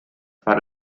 fare